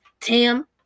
Tim